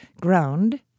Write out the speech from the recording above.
ground